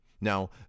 Now